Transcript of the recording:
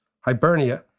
Hibernia